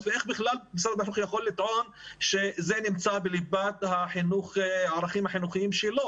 ואיך בכלל משרד החינוך יכול לטעון שזה נמצא בליבת הערכים החינוכיים שלו?